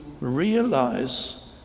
realize